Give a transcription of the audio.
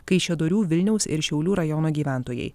kaišiadorių vilniaus ir šiaulių rajono gyventojai